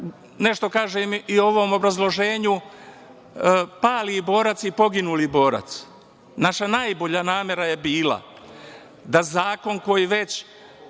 nešto kažem i o ovom obrazloženju pali borac i poginuli borac. Naša najbolja namera je bila da zakon koji već